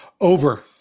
over